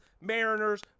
mariners